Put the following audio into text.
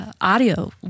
audio